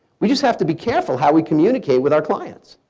we just have to be careful how we communicate with our clients.